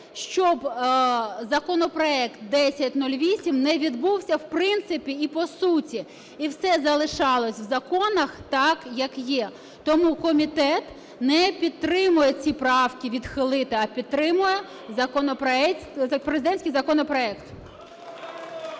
щоб законопроект 1008 не відбувся в принципі і по суті, і все залишалось в законах так, як є. Тому комітет не підтримує ці правки відхилити, а підтримує президентський законопроект.